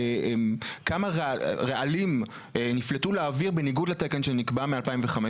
כמה רעלים נפלטו לאוויר בניגוד לתקן שנקבע מ- 2015,